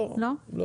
לא.